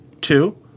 Two